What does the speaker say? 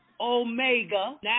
Omega